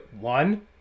One